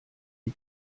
die